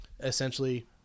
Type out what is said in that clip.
essentially